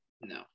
No